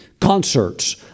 concerts